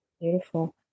beautiful